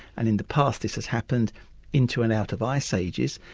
and in the past this has happened into and out of ice ages,